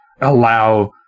allow